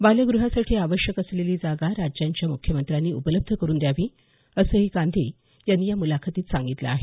बालग्रहासाठी आवश्यक असलेली जागा राज्यांच्या मुख्यमंत्र्यांनी उपलब्ध करून द्यावी असंही गांधी यांनी या मुलाखतीत सांगितलं आहे